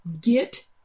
get